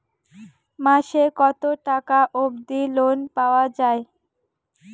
মাসে কত টাকা অবধি লোন পাওয়া য়ায়?